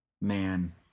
man